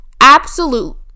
absolute